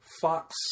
Fox